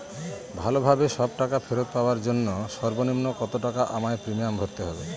ভালোভাবে সব টাকা ফেরত পাওয়ার জন্য সর্বনিম্ন কতটাকা আমায় প্রিমিয়াম ভরতে হবে?